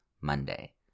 Monday